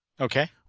Okay